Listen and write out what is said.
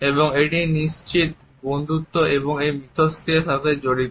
এবং এটি নিশ্চিত বন্ধুত্ব এই মিথস্ক্রিয়াটির সাথে জড়িত